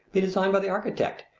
be designed by the architect,